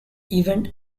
event